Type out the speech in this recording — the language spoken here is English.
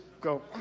go